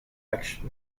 action